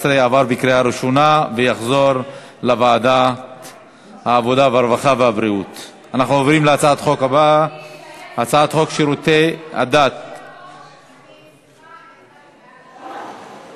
ההצעה להעביר את הצעת חוק הביטוח הלאומי (תיקון מס' 154)